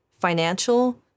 financial